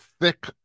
thick